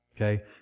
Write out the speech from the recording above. Okay